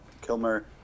Kilmer